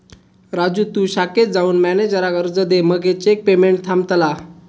राजू तु शाखेत जाऊन मॅनेजराक अर्ज दे मगे चेक पेमेंट थांबतला